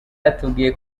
yatubwiye